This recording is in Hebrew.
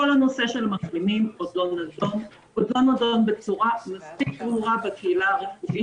כל נושא המחלימים עדיין לא נדון בצורה מספיק ברורה בקהילה הרפואית,